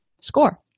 score